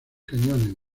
cañones